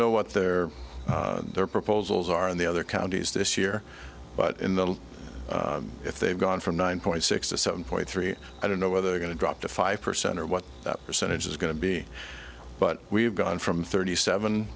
know what their their proposals are in the other counties this year but in the if they've gone from nine point six to seven point three i don't know whether they're going to drop to five percent or what that percentage is going to be but we've gone from thirty seven